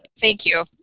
thank you.